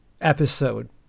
episode